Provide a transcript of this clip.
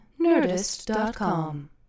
nerdist.com